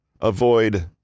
Avoid